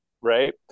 Right